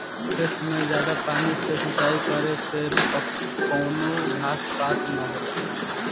खेतन मे जादा पानी से सिंचाई करे से कवनो घास पात ना होला